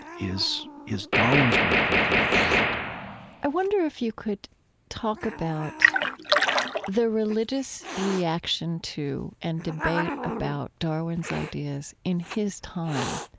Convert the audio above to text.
is is darwin's way of looking at the world i wonder if you could talk about the religious reaction to and debate about darwin's ideas in his time,